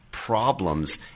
problems